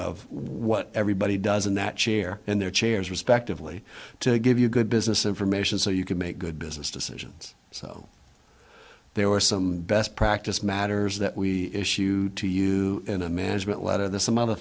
of what everybody does in that chair in their chairs respectively to give you good business information so you can make good business decisions so there were some best practice matters that we issued to you in a management letter that some other